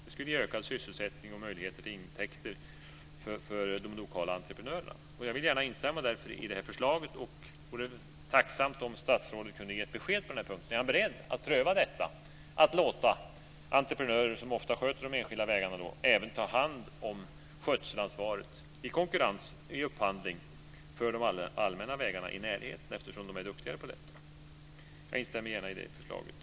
Det skulle ge ökad sysselsättning och möjlighet till intäkter för de lokala entreprenörerna. Jag vill därför gärna instämma i det här förslaget och vore tacksam om statsrådet kunde ge ett besked på den här punkten: Är han beredd att pröva detta: att låta entreprenörer, som ofta sköter de enskilda vägarna, även ta hand om skötselansvaret i konkurrens och upphandling för de allmänna vägarna i närheten eftersom de är duktigare på detta? Jag instämmer gärna i det förslaget.